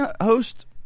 host